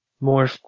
more